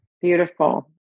Beautiful